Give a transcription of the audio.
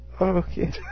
Okay